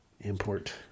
import